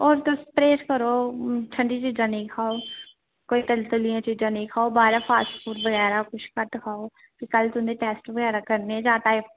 होर तुस परहेज करो ठंडी चीज़ां नेईं खाओ कोई तली तुली दियां चीज़ा नेईं खाओ बाह्रा फास्टफूड बगैरा कुछ घट्ट खाओ ते कल तुं'दे टेस्ट बगैरा करने आं